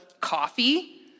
coffee